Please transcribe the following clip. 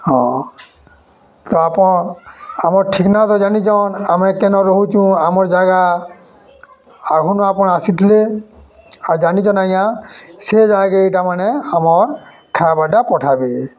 ହଁ ତ ଆପଣ ଆମର୍ ଠିକ୍ନା ତ ଜାନିଛନ୍ ଆମେ କେନ ରହୁଛୁଁ ଆମର୍ ଜାଗା ଆଘନୁ ଆପଣ୍ ଆସିଥିଲେ ଆର୍ ଜାଣିଛନ୍ ଆଜ୍ଞା ସେ ଜାଗାକେ ଇଟାମାନେ ଆମର୍ ଖାଇବାର୍ଟା ପଠାବେ